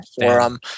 forum